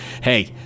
hey